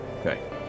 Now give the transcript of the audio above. Okay